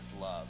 love